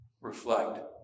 reflect